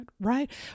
right